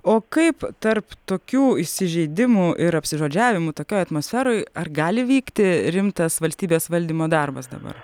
o kaip tarp tokių įsižeidimų ir apsižodžiavimų tokioj atmosferoj ar gali vykti rimtas valstybės valdymo darbas dabar